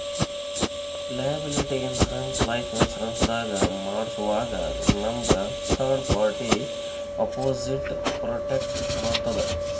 liability insurance life insurance ದಾಗ್ ಮಾಡ್ಸೋವಾಗ್ ನಮ್ಗ್ ಥರ್ಡ್ ಪಾರ್ಟಿ ಅಪೊಸಿಟ್ ಪ್ರೊಟೆಕ್ಟ್ ಮಾಡ್ತದ್